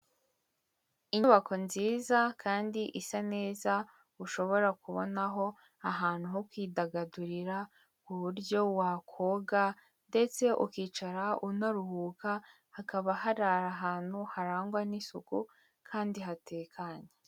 Inyubako nziza kandi isa neza ushobora kubonaho ahantu ho kwidagadurira ku buryo wakoga ndetse ukicara unaruhuka hakaba hari ahantu harangwa n'isuku kandi hatekanye.